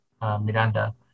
Miranda